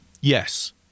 Yes